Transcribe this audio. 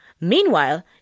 Meanwhile